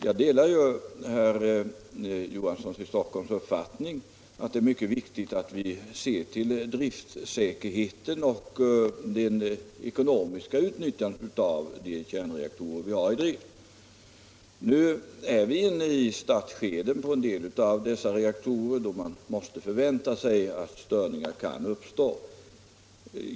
Jag delar herr Olof Johanssons i Stockholm uppfattning att det är mycket viktigt att vi ser till driftsäkerheten och det ekonomiska utnyttjandet av de kärnreaktorer vi har i drift. För en del av de reaktorerna är vi nu inne i startskedet, och då måste vi räkna med att störningar kan uppstå.